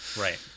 Right